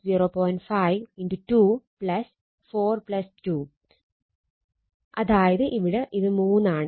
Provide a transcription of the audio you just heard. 5 2 4 2 അതായത് ഇത് ഇവിടെ 3 ആണ്